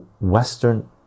western